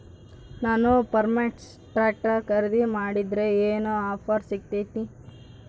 ನಾನು Farmtrac tractor ಖರೇದಿ ಮಾಡಿದ್ರೆ ಏನು ಆಫರ್ ಸಿಗ್ತೈತಿ?